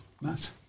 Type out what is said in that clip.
Matt